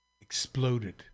exploded